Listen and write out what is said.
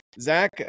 zach